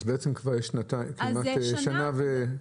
אז בעצם כבר יש שנה ושלושה חודשים.